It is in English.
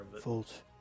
fault